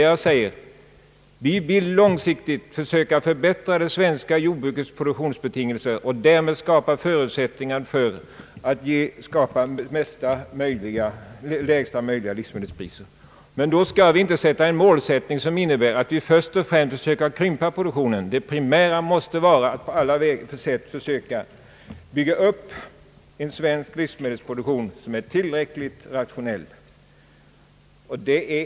Jo, det vill långsiktigt söka förbättra produktionsförutsättningarna för det svenska jordbruket och därmed skapa förutsättningar för lägsta möjliga livsmedelspriser. Men då skall vi inte sätta upp en målsättning som innebär att vi först och främst försöker krympa produktionen. Det primära måste vara att på alla sätt försöka bygga upp en svensk livsmedelsproduktion som är tillräckligt rationell för att hävda sig.